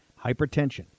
Hypertension